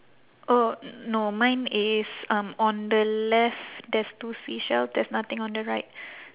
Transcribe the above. oh no mine is um on the left there's two seashell there's nothing on the right